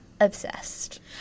obsessed